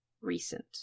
recent